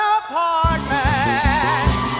apartment